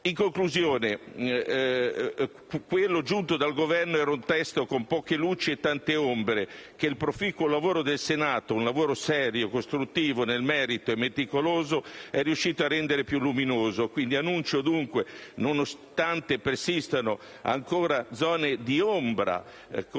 In conclusione, quello giunto dal Governo era un testo con poche luci e tante ombre che il proficuo lavoro del Senato, un lavoro serio, costruttivo, nel merito e meticoloso è riuscito a rendere più luminoso. Annuncio dunque, nonostante persistano ancora zone d'ombra, ma ritenendo